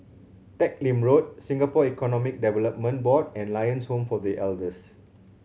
Teck Lim Road Singapore Economic Board and Lions Home for The Elders